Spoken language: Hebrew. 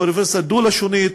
או אוניברסיטה דו-לשונית,